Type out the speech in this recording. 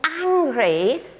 angry